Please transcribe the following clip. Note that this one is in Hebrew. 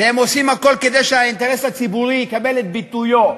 והם עושים הכול כדי שהאינטרס הציבורי יקבל את ביטויו.